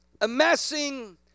amassing